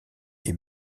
est